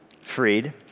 freed